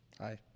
Hi